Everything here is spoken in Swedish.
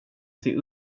till